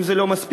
אם זה לא מספיק,